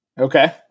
Okay